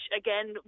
again